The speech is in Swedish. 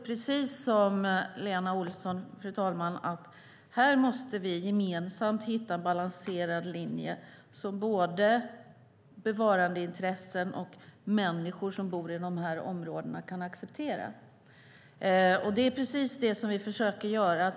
Precis som Lena Olsson tror jag att vi gemensamt måste hitta en balanserad linje som både bevarandeintressen och människor som bor i dessa områden kan acceptera. Detta är precis vad vi försöker göra.